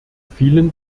vielen